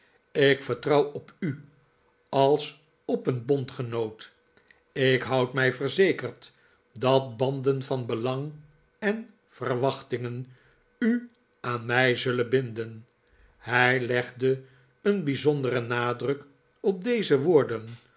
ik vertrouw op u als op een bondgenoot ik houd mij verzekerd dat banden van belang en verwachtingen u aan mij zullen binden hij legde een bijzonderen nadruk op deze woorden